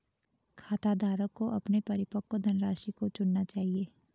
खाताधारक को अपने परिपक्व धनराशि को चुनना चाहिए